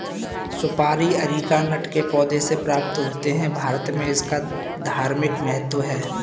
सुपारी अरीकानट के पौधों से प्राप्त होते हैं भारत में इसका धार्मिक महत्व है